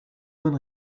bonne